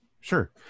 sure